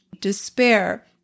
despair